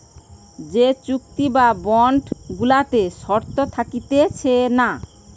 যে চুক্তি বা বন্ড গুলাতে শর্ত থাকতিছে না